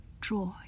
joy